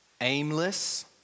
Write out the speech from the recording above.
aimless